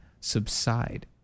subside